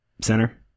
Center